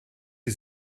sie